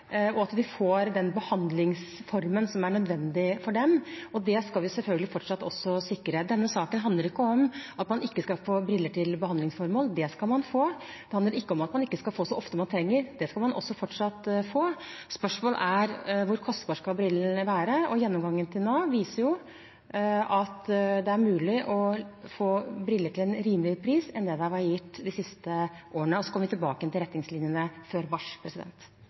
og at de får den behandlingsformen som er nødvendig for dem, og det skal vi selvfølgelig fortsatt sikre. Denne saken handler ikke om at man ikke skal få briller til behandlingsformål. Det skal man få. Det handler ikke om at man ikke skal få så ofte man trenger: Det skal man også fortsatt få. Spørsmålet er hvor kostbare brillene skal være, og gjennomgangen til Nav viser at det er mulig å få briller til en rimeligere pris enn det som har vært gitt de siste årene. Vi kommer tilbake til retningslinjene før mars.